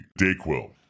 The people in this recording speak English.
Dayquil